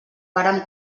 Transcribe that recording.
vàrem